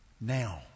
now